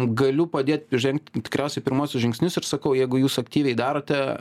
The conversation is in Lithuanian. galiu padėt žengt tikriausiai pirmuosius žingsnius ir sakau jeigu jūs aktyviai darote